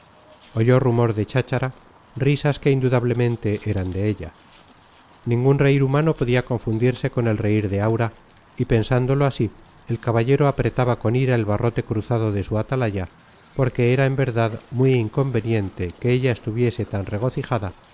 oyó rumor de cháchara risas que indudablemente eran de ella ningún reír humano podía confundirse con el reír de aura y pensándolo así el caballero apretaba con ira el barrote cruzado de su atalaya porque era en verdad muy inconveniente que ella estuviese tan regocijada